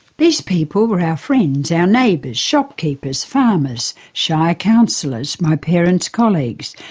these people were our friends, our neighbours, shopkeepers, farmers, shire counsellors, my parents' colleagues,